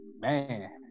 man